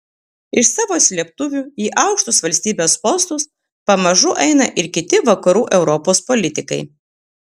iš savo slėptuvių į aukštus valstybės postus pamažu eina ir kiti vakarų europos politikai